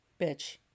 bitch